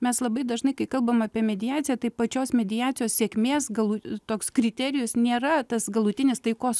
mes labai dažnai kai kalbam apie mediaciją tai pačios mediacijos sėkmės gal toks kriterijus nėra tas galutinis taikos